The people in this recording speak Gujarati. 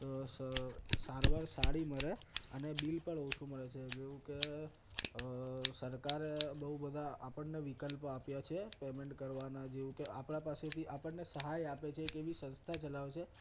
સારવાર સારી મળે અને બિલ પણ ઓછું મળે છે જેવું કે સરકારે બહુ બધા આપણને વિકલ્પો આપ્યા છે પેમેન્ટ કરવાનાં જેવું કે આપણાં પાસેથી આપણને સહાય આપે છે એક એવી સંસ્થા ચલાવે છે